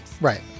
right